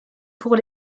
pour